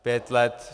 Pět let.